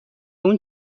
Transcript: اون